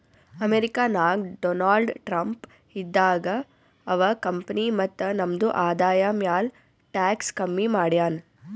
America ನಾಗ್ Donald Trump ಇದ್ದಾಗ ಅವಾ ಕಂಪನಿ ಮತ್ತ ನಮ್ದು ಆದಾಯ ಮ್ಯಾಲ ಟ್ಯಾಕ್ಸ್ ಕಮ್ಮಿ ಮಾಡ್ಯಾನ್